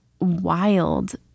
wild